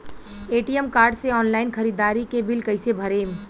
ATM card से online ख़रीदारी के बिल कईसे भरेम?